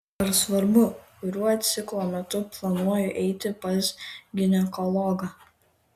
ar svarbu kuriuo ciklo metu planuoju eiti pas ginekologą